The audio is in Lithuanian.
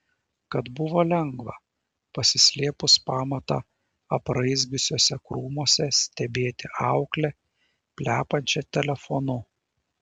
kad buvo lengva pasislėpus pamatą apraizgiusiuose krūmuose stebėti auklę plepančią telefonu